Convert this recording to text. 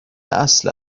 اصل